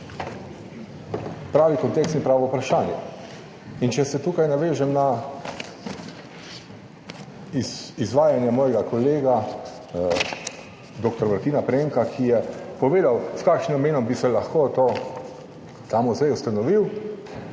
pravi kontekst in pravo vprašanje. Če se tukaj navežem na izvajanje svojega kolega dr. Martina Premka, ki je povedal, s kakšnim namenom bi se lahko ta muzej ustanovil,